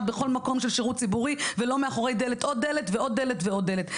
בכל מקום של שירות ציבורי ולא מאחורי דלת עוד דלת ועוד דלת ועוד דלת,